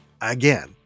Again